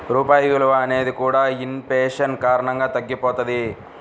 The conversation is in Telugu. రూపాయి విలువ అనేది కూడా ఇన్ ఫేషన్ కారణంగా తగ్గిపోతది